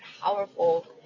powerful